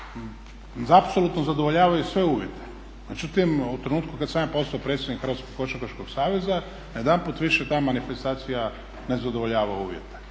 apsolutno zadovoljavaju sve uvjete. Međutim, u trenutku kad sam ja postao predsjednik Hrvatskog košarkaškog saveza najedanput više ta manifestacija ne zadovoljava uvjete.